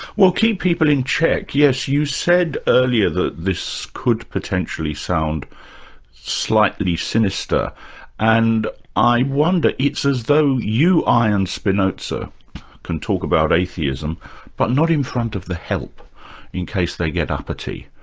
well keep people in check, yes. you said earlier that this could potentially sound slightly sinister and i wonder, it's as though you, i and spinoza can talk about atheism but not in front of the help in case they get uppity.